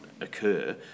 occur